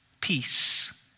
peace